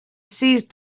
seized